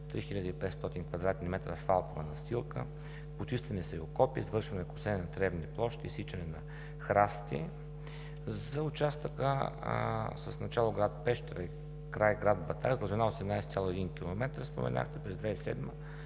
метра асфалтова настилка, почиствани са и окопи, извършвано е и косене на тревните площи, изсичане на храсти. За участъка с начало град Пещера и край – град Батак, с дължина 18,1 км, споменахте, през 2007 г.